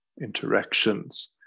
interactions